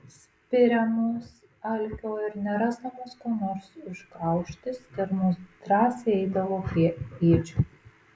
spiriamos alkio ir nerasdamos ko nors užgraužti stirnos drąsiai eidavo prie ėdžių